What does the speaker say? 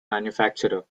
manufacturer